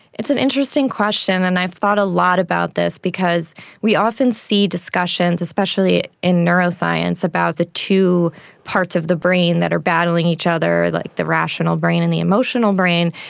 it's an interesting question and i've thought a lot about this because we often see discussions, especially in neuroscience, about the two parts of the brain that are battling each other, like the rational brain and the emotional brain,